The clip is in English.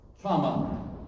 trauma